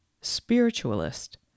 Spiritualist